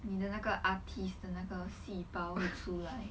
你的那个 artist 的那个细胞出来